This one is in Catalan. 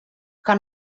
que